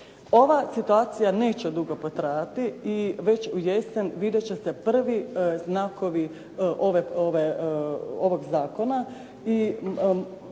Ova situacija neće dugo potrajati i već u jesen vidjet će se prvi znakovi ovog zakona